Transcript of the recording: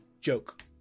Joke